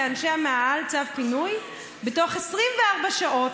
לאנשי המאהל צו פינוי בתוך 24 שעות,